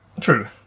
True